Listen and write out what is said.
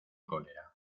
cólera